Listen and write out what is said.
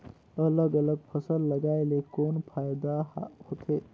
अलग अलग फसल लगाय ले कौन फायदा होथे?